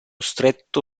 stretto